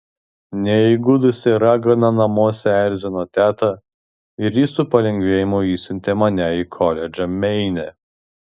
neįgudusi ragana namuose erzino tetą ir ji su palengvėjimu išsiuntė mane į koledžą meine